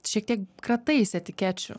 šiek tiek krataisi etikečių